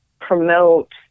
promote